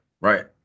right